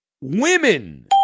women